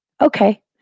Okay